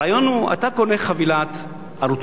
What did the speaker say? הרעיון הוא, אתה קונה חבילת ערוצים.